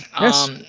Yes